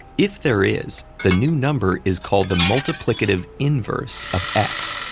if there is, the new number is called the multiplicative inverse of x.